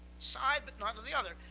side, but not ah the other.